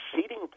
seating